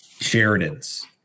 Sheridans